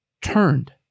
Turned